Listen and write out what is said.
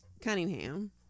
Cunningham